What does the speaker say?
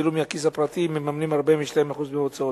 ואילו מהכיס הפרטי מממנים 42% מההוצאות.